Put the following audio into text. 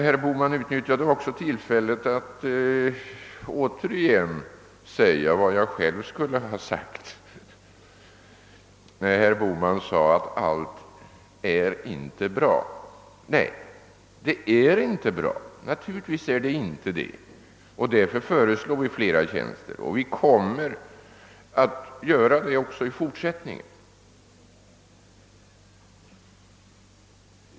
Herr Bohman utnyttjade också tillfället till att återigen framhålla vad jag själv skulle ha sagt, nämligen att allt inte är bra. Nej, naturligtvis är inte allt bra. Vi föreslår därför ett utökat antal tjänster, och vi kommer också i fortsättningen att göra det.